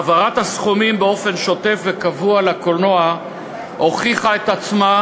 העברת הסכומים באופן שוטף וקבוע לקולנוע הוכיחה את עצמה,